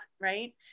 Right